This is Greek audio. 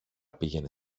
πήγαινε